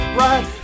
right